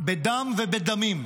בדם ובדמים,